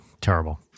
Terrible